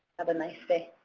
have a nice day.